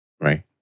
Right